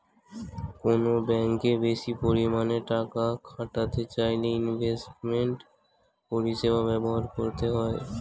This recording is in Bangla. কোনো ব্যাঙ্কে বেশি পরিমাণে টাকা খাটাতে চাইলে ইনভেস্টমেন্ট পরিষেবা ব্যবহার করতে হবে